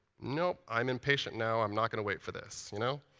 no, i'm impatient now. i'm not going to wait for this, you know?